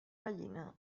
gallina